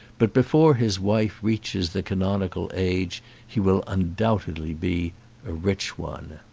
but before his wife reaches the canonical age he will undoubtedly be a rich one.